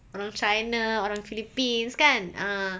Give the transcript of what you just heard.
orang china orang philippines kan ah